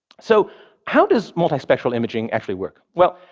so how does multispectral imaging actually work? well,